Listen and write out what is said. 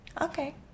okay